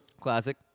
Classic